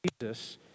Jesus